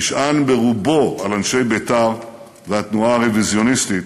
נשען ברובו על אנשי בית"ר והתנועה הרוויזיוניסטית.